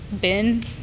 bin